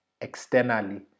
externally